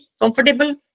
comfortable